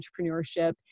entrepreneurship